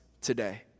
today